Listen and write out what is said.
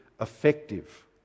effective